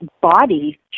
body